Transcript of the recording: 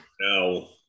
No